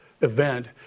event